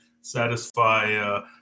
satisfy